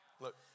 Look